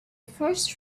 first